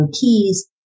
keys